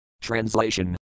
Translation